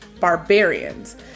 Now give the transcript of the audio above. barbarians